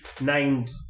named